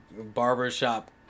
barbershop